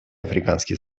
африканские